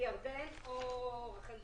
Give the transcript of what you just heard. שברשויות המקומיות גם עובדים